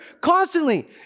constantly